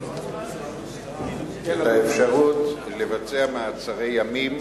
את האפשרות לבצע מעצרי ימים,